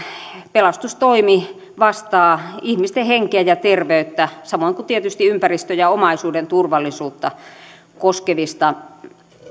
pelastustoimi vastaa ihmisten henkeä ja terveyttä samoin kuin tietysti ympäristön ja omaisuuden turvallisuutta koskevista